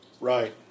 Right